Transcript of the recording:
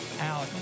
out